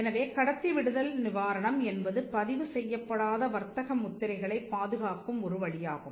எனவே கடத்தி விடுதல் நிவாரணம் என்பது பதிவு செய்யப்படாத வர்த்தக முத்திரைகளைப் பாதுகாக்கும் ஒரு வழியாகும்